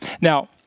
Now